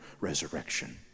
resurrection